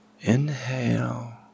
Inhale